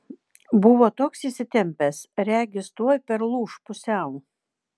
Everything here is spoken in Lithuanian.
buvo toks įsitempęs regis tuoj perlūš pusiau